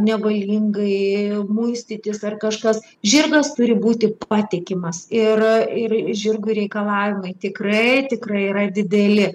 nevalingai muistytis ar kažkas žirgas turi būti patikimas ir ir žirgų reikalavimai tikrai tikrai yra dideli